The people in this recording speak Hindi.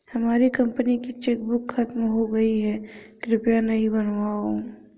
हमारी कंपनी की चेकबुक खत्म हो गई है, कृपया नई बनवाओ